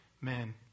man